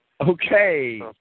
Okay